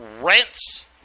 rents